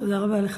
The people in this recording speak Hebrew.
תודה רבה לך.